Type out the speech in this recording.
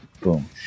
Boom